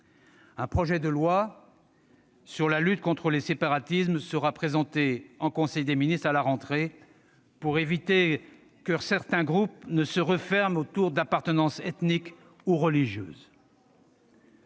Un projet de loi de lutte contre les séparatismes sera présenté en conseil des ministres à la rentrée, pour éviter que certains groupes ne se referment autour d'appartenances ethniques ou religieuses.